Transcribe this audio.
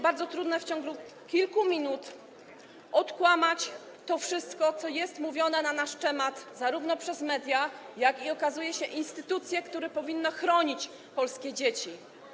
Bardzo trudno w ciągu kilku minut odkłamać to wszystko, co jest mówione na nasz temat zarówno przez media, jak i - jak się okazuje - przez instytucje, które powinny chronić polskie dzieci.